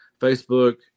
Facebook